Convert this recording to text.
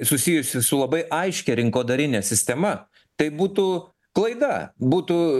susijusi su labai aiškia rinkodarine sistema tai būtų klaida būtų